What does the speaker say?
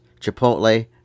Chipotle